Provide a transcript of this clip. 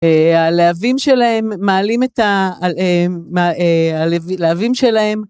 הלהבים שלהם מעלים את הלהבים שלהם